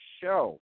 Show